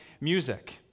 music